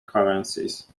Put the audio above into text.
currencies